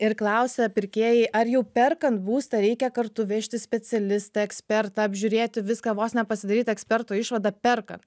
ir klausia pirkėjai ar jau perkant būstą reikia kartu vežtis specialistą ekspertą apžiūrėti viską vos ne pasidaryt eksperto išvadą perkant